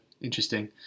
Interesting